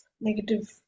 negative